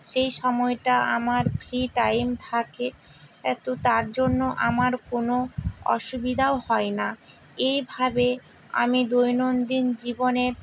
সেই সময়টা আমার ফ্রি টাইম থাকে এতো তার জন্য আমার কোনো অসুবিধাও হয় না এইভাবে আমি দৈনন্দিন জীবনের